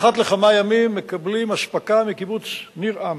אחת לכמה ימים הם מקבלים אספקה מקיבוץ ניר-עם,